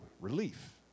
relief